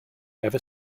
ever